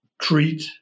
treat